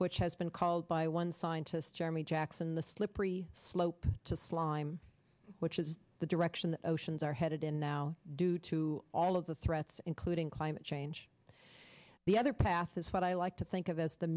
which has been called by one scientist jeremy jackson the slippery slope to slime which is the direction the oceans are headed in now due to all of the threats including climate change the other path is what i like to think of as the